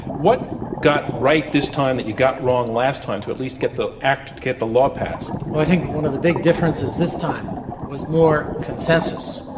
what got right this time that you got wrong last time to at least get the act get the law passed? well, i think one of the big differences this time was more consensus.